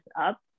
up